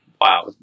wow